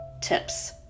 tips